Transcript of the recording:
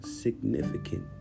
significant